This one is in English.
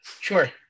Sure